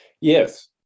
Yes